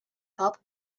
hop